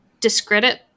discredit